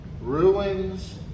ruins